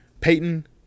Peyton